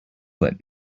that